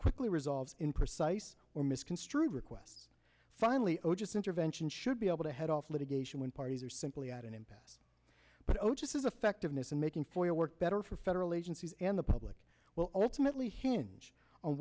quickly resolved in precise or misconstrued requests finally or just intervention should be able to head off litigation when parties are simply at an impasse but oh just as effectiveness in making for work better for federal agencies and the public will ultimately hinge on